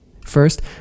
First